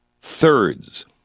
thirds